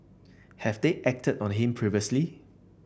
have they acted on him previously